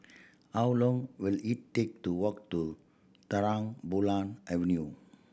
how long will it take to walk to Terang Bulan Avenue